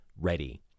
ready